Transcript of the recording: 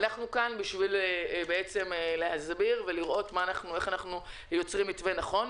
אנחנו כאן כדי להסביר ולראות איך אנחנו יוצרים מתווה נכון,